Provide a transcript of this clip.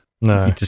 No